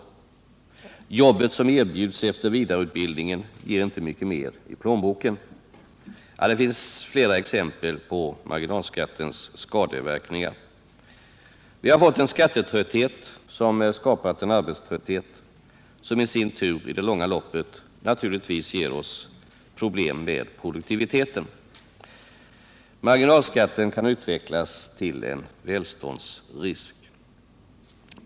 Det jobb som erbjuds efter vidareutbildning ger inte mycket mer i plånboken. Ja, det finns flera exempel på marginalskattens skadeverkningar. Vi har fått en skattetrötthet som skapat en arbetströtthet, som i sin tur i det långa loppet naturligtvis ger oss problem med produktiviteten. Marginalskatten har utvecklats till en välståndsrisk.